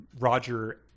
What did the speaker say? Roger